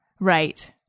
Right